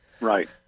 Right